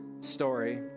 story